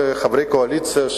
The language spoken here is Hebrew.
בין חברי הקואליציה,